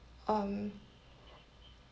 um